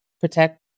protect